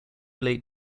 late